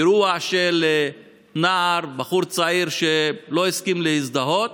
אירוע של נער, בחור צעיר, שלא הסכים להזדהות,